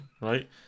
Right